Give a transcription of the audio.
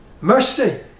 mercy